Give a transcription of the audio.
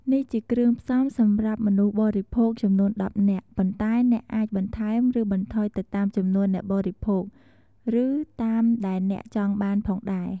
នេះជាគ្រឿងផ្សំសម្រាប់មនុស្សបរិភោគចំនួន១០នាក់ ប៉ុន្តែអ្នកអាចបន្ថែមឬបន្ថយទៅតាមចំនួនអ្នកបរិភោគ ឬតាមដែលអ្នកចង់បានផងដែរ